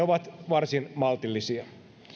ovat varsin maltillisia